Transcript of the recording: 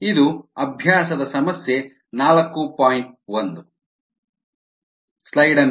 ಇದು ಅಭ್ಯಾಸದ ಸಮಸ್ಯೆ 4